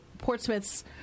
Portsmouth's